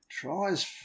Tries